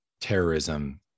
terrorism